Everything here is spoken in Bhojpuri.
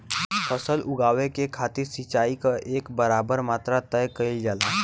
फसल उगावे के खातिर सिचाई क एक बराबर मात्रा तय कइल जाला